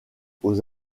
aux